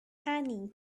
annie